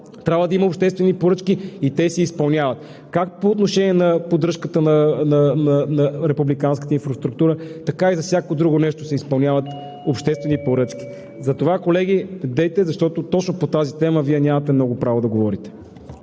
трябва да има обществени поръчки и те се изпълняват както по отношение на поддръжката на републиканската инфраструктура, така и за всяко друго нещо. (Председателят дава сигнал, че времето е изтекло.) Затова, колеги, недейте, защото точно по тази тема Вие нямате много право да говорите.